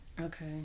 Okay